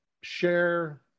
share